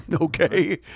Okay